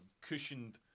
cushioned